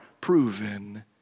proven